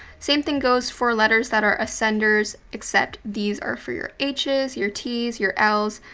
same thing goes for letters that are ascenders, except these are for your h's, your t's, your l's,